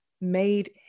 made